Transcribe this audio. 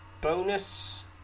Bonus